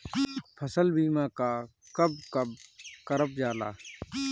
फसल बीमा का कब कब करव जाला?